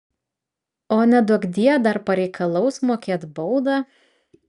o neduokdie dar pareikalaus mokėt baudą